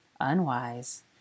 Unwise